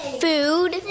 food